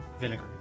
vinegar